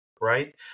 right